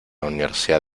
universidad